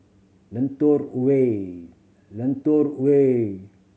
Lentor Way Lentor Way